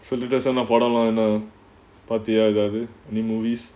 so latest ah படம்லா என்ன பாத்தியா ஏதாவது:padamlaa enna paathiyaa ethaavathu any movies